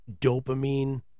dopamine